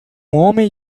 homem